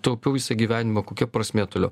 taupiau visą gyvenimą kokia prasmė toliau